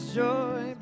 joy